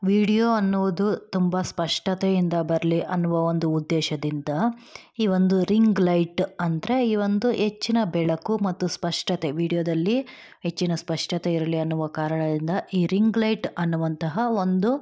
video ಅನ್ನುವುದು ತುಂಬ ಸ್ಪಷ್ಟತೆಯಿಂದ ಬರಲಿ ಅನ್ನುವ ಒಂದು ಉದ್ದೇಶದಿಂದ ಈ ಒಂದು ರಿಂಗ್ ಲೈಟ್ ಅಂದರೆ ಈ ಒಂದು ಹೆಚ್ಚಿನ ಬೆಳಕು ಮತ್ತು ಸ್ಪಷ್ಟತೆ ವಿಡಿಯೋದಲ್ಲಿ ಹೆಚ್ಚಿನ ಸ್ಪಷ್ಟತೆ ಇರಲಿ ಅನ್ನುವ ಕಾರಣದಿಂದ ಈ ರಿಂಗ್ ಲೈಟ್ ಅನ್ನುವಂತಹ ಒಂದು